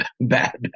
Bad